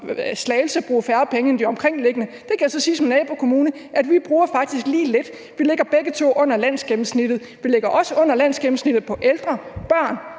Kommune bruger færre penge end de omkringliggende kommuner, og der kan jeg så som en nabokommune sige, at vi faktisk bruger lige lidt. Vi ligger begge under landsgennemsnittet. Vi ligger også under landsgennemsnittet på ældre, børn,